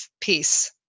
peace